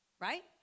right